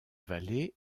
vallée